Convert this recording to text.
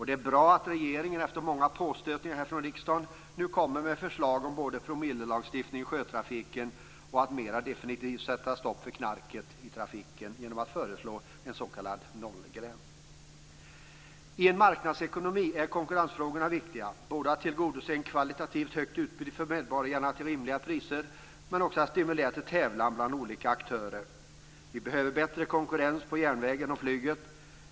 Det är bra att regeringen efter många påstötningar härifrån riksdagen nu kommer med förslag om både promillelagstiftning i sjötrafiken och att mera definitivt sätta stopp för knarket i trafiken genom införande av en s.k. nollgräns. I en marknadsekonomi är konkurrensfrågorna viktiga, både för att tillgodose ett kvalitativt högt utbud för medborgarna till rimliga priser och för att stimulera till tävlan bland olika aktörer. Vi behöver bättre konkurrens på järnvägen och flyget.